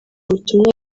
butumwa